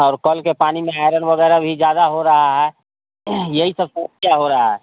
और कल के पानी में आयरन वगैरह भी ज्यादा हो रहा है यही सब समस्या हो रहा है